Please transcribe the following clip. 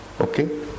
Okay